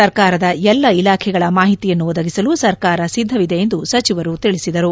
ಸರಕಾರದ ಎಲ್ಲ ಇಲಾಖೆಗಳ ಮಾಹಿತಿಯನ್ನು ಒದಗಿಸಲು ಸರಕಾರ ಸಿದ್ದವಿದೆ ಎಂದು ಸಚಿವರು ತಿಳಿಸಿದರು